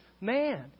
man